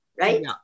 right